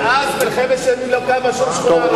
מאז מלחמת ששת הימים לא קמה שום שכונה ערבית.